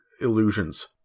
illusions